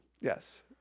Yes